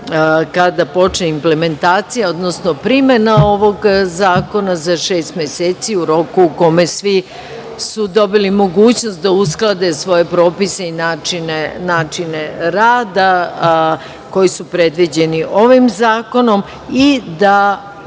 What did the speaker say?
kada počne implementacija, odnosno primena ovog zakona za šest meseci, u roku u kome su svi dobili mogućnost da usklade svoje propise i načine rada koji su predviđeni ovim zakonom i da